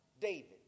David